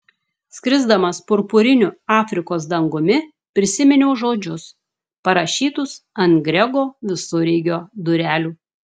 skrisdamas purpuriniu afrikos dangumi prisiminiau žodžius parašytus ant grego visureigio durelių